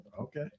Okay